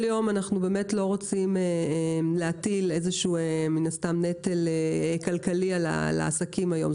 יום אנחנו באמת לא רוצים להטיל איזשהו נטל כלכלי על העסקים היום.